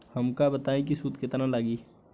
हमका बताई कि सूद केतना लागी?